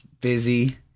busy